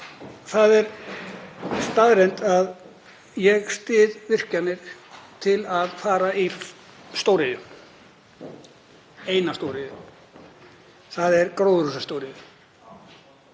það er staðreynd að ég styð virkjanir til að fara í stóriðju, eina stóriðju. Það er gróðurhúsastóriðjan.